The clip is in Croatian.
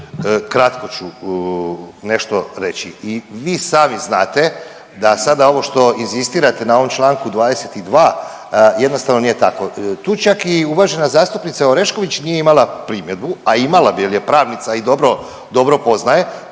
Kratko ću nešto reći. I vi sami znate da sada ovo što inzistirate na ovom Članku 22. jednostavno nije tako. Tu čak i uvažena zastupnica Orešković nije imala primjedbu, a imala bi jer je pravnica i dobro, dobro poznaje.